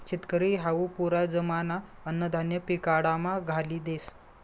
शेतकरी हावू पुरा जमाना अन्नधान्य पिकाडामा घाली देस